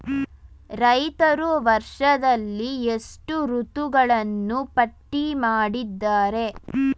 ರೈತರು ವರ್ಷದಲ್ಲಿ ಎಷ್ಟು ಋತುಗಳನ್ನು ಪಟ್ಟಿ ಮಾಡಿದ್ದಾರೆ?